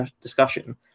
discussion